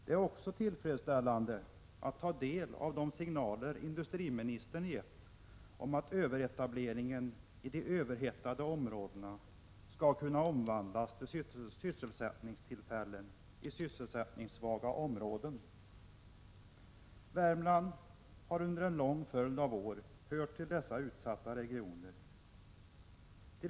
Det är också tillfredsställande att ta del av de signaler industriministern gett om att överetableringen i de överhettade områdena skall kunna omvandlas till sysselsättningstillfällen i sysselsättningssvaga områden. Värmland har under en lång följd av år hört till dessa utsatta regioner.